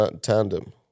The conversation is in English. tandem